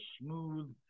smooth